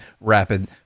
rapid